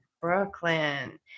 Brooklyn